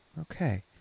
Okay